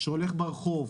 שהולך ברחוב,